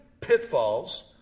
pitfalls